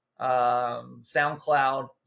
SoundCloud